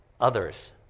others